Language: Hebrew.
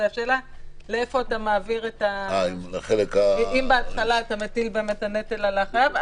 השאלה היא לאיפה אתה מעביר אם בהתחלה אתה מטיל באמת את הנטל על החייב.